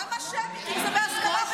למה שמית אם זה בהסכמה?